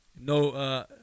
no